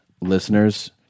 listeners